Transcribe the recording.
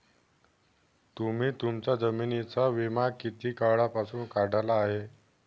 तुम्ही तुमच्या जमिनींचा विमा किती काळापासून काढला आहे?